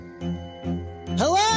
Hello